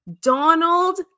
Donald